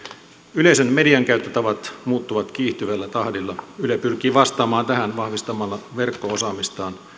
yleisön median käyttötavat muuttuvat kiihtyvällä tahdilla yle pyrkii vastaamaan tähän vahvistamalla verkko osaamistaan